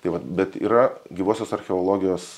tai vat bet yra gyvosios archeologijos